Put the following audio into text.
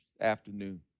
afternoon